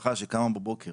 שמשפחה שקמה בבוקר